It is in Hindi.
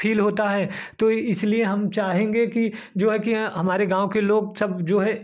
फील होता है तो इसलिए हम चाहेंगे कि जो है हमारे गाँव के लोग सब जो है